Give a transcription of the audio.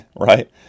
right